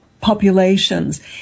populations